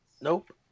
Nope